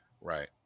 Right